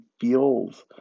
feels